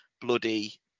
bloody